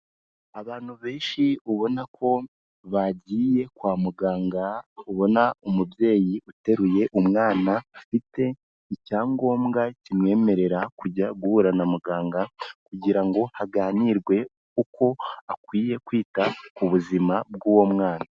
Abantu benshi ubona ko bagiye kwa muganga, ubona umubyeyi uteruye umwana afite icyangombwa kimwemerera kujya guhura na muganga kugira ngo haganirwe uko akwiye kwita ku buzima bw'uwo mwana.